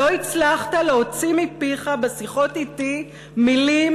לא הצלחת להוציא מפיך בשיחות אתי מילים